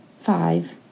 five